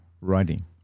writing